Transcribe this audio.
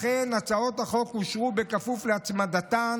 לכן הצעות החוק אושרו בכפוף להצמדתן